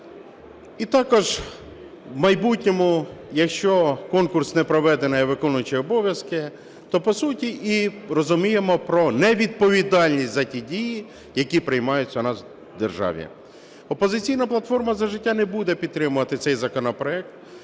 І також в майбутньому, якщо конкурс не проведений, а виконуючий обов'язки, то, по суті, розуміємо про невідповідальність за ті дії, які приймаються у нас в державі. "Опозиційна платформа – За життя" не буде підтримувати цей законопроект,